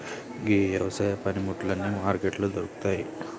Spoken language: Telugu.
గీ యవసాయ పనిముట్లు అన్నీ మార్కెట్లలో దొరుకుతాయి